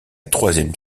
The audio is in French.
troisième